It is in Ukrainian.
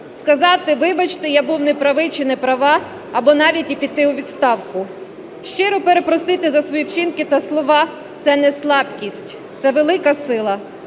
сказати, вибачте, я був не правий чи не права або навіть і піти у відставку. Щиро перепросити за свої вчинки та слова – це не слабкість, це велика сила.